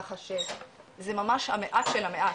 ככה שזה ממש המעט של המעט,